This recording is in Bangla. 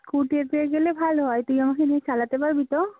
স্কুটিতে গেলে ভালো হয় তুই আমাকে নিয়ে চালাতে পারবি তো